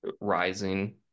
rising